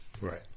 Right